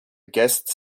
guest